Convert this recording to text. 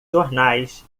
jornais